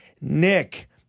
Nick